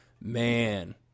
man